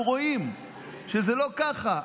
רואים שזה לא ככה,